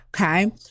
okay